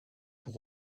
pour